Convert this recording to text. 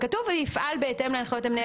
כתוב: ויפעל בהתאם להנחיות המנהל,